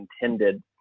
intended